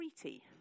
treaty